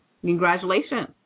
congratulations